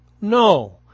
No